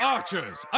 Archers